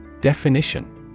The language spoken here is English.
Definition